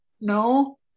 No